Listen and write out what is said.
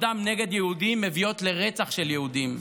דם נגד יהודים מביאות לרצח של יהודים.